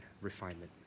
refinement